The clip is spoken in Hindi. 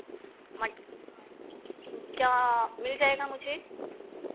क्या मिल जाएगा मुझे